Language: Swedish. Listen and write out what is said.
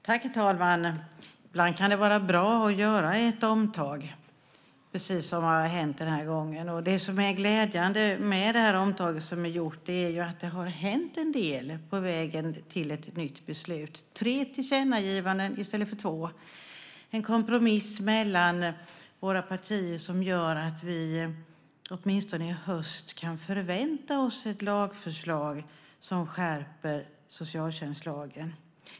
Herr talman! Ibland kan det vara bra att göra ett omtag, precis som har hänt den här gången. Det som är glädjande med det omtag som vi har gjort är ju att det har hänt en del på vägen till ett nytt beslut, tre tillkännagivanden i stället för två. Det är en kompromiss mellan våra partier som gör att vi åtminstone i höst kan förvänta oss ett lagförslag som skärper socialtjänstlagen.